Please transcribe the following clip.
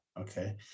Okay